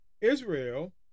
Israel